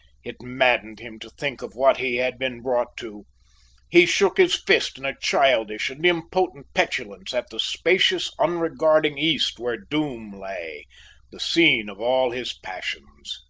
it maddened him to think of what he had been brought to he shook his fist in a childish and impotent petulance at the spacious unregarding east where doom lay the scene of all his passions.